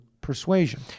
persuasion